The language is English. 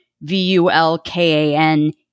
V-U-L-K-A-N